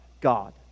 God